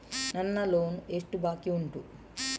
ನನ್ನ ಲೋನ್ ಎಷ್ಟು ಬಾಕಿ ಉಂಟು?